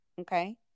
okay